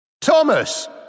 Thomas